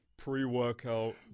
Pre-workout